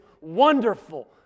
wonderful